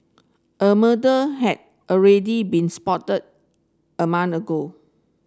a murder had already been spotted a month ago